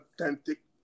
authentic